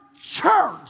church